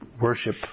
worship